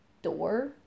door